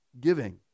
giving